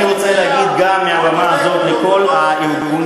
ואני רוצה להגיד גם מעל במה זו לכל הארגונים,